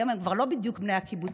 היום הם כבר לא בדיוק בני הקיבוצים,